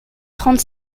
trente